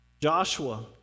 Joshua